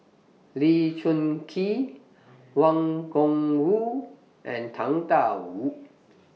Lee Choon Kee Wang Gungwu and Tang DA Wu